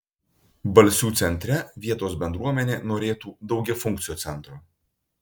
balsių centre vietos bendruomenė norėtų daugiafunkcio centro